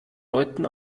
deuten